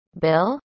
bill